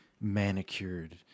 manicured